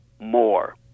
more